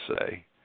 say